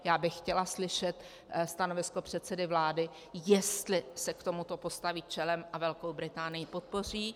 Já bych chtěla slyšet stanovisko předsedy vlády, jestli se k tomuto postaví čelem a Velkou Británii podpoří.